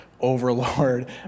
overlord